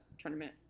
tournament